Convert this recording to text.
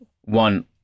one